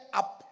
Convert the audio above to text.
up